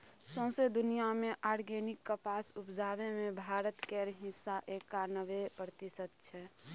सौंसे दुनियाँ मे आर्गेनिक कपास उपजाबै मे भारत केर हिस्सा एकानबे प्रतिशत छै